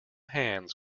hands